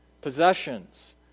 possessions